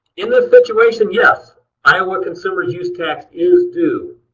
in this situation, yes iowa consumer's use tax is due.